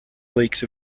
leaks